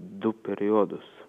du periodus